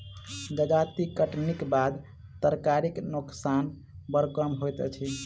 जजाति कटनीक बाद तरकारीक नोकसान बड़ कम होइत अछि